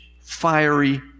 fiery